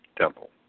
temple